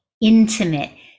intimate